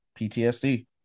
PTSD